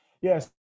Yes